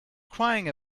crying